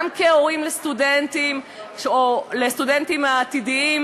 גם כהורים לסטודנטים או לסטודנטים עתידיים,